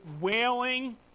wailing